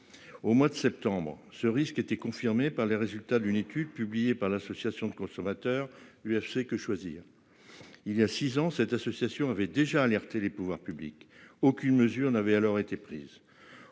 Au mois de septembre, ce risque était confirmée par les résultats d'une étude publiée par l'association de consommateurs, UFC, que choisir. Il y a 6 ans, cette association avait déjà alerté les pouvoirs publics, aucune mesure n'avait alors été prise.